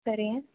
சரிங்க